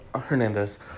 Hernandez